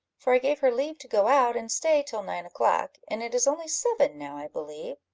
for i gave her leave to go out, and stay till nine o'clock, and it is only seven now, i believe.